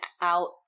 out